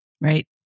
Right